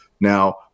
Now